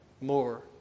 More